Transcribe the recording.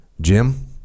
Jim